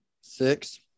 Six